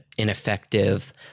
ineffective